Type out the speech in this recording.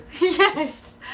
Yes